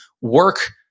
work